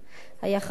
היה חשש.